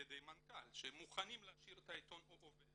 ידי המנכ"ל שהם מוכנים להשאיר את העיתון עובד,